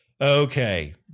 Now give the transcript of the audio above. Okay